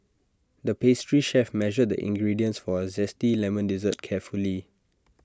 the pastry chef measured the ingredients for A Zesty Lemon Dessert carefully